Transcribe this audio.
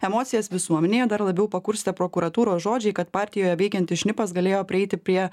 emocijas visuomenėje dar labiau pakurstė prokuratūros žodžiai kad partijoje veikiantis šnipas galėjo prieiti prie